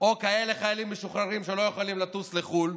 או חיילים משוחררים, שלא יכולים לטוס לחו"ל,